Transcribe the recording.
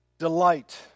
Delight